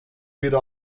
wieder